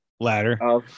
Ladder